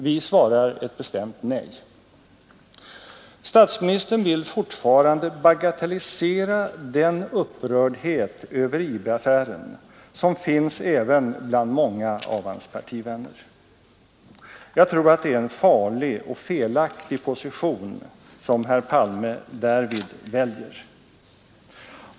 Vi svarar ett bestämt nej. Statsministern vill fortfarande bagatellisera den upprördhet över IB-affären som finns även bland många av hans partivänner. Jag tror att det är en farlig och felaktig position som herr Palme därvid väljer.